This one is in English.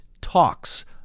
talks